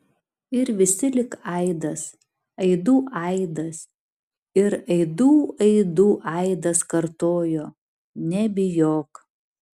ir visi lyg aidas aidų aidas ir aidų aidų aidas kartojo nebijok